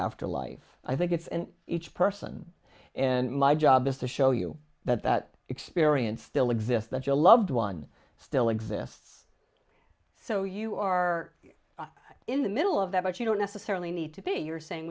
afterlife i think it's an each person and my job is to show you that that experience still exists that your loved one still exists so you are in the middle of that you don't necessarily need to be you're saying